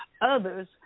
others